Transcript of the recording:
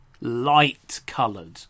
light-coloured